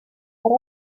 tres